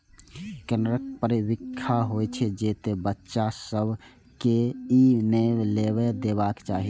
कनेरक फर बिखाह होइ छै, तें बच्चा सभ कें ई नै लेबय देबाक चाही